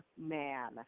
man